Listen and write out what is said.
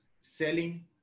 selling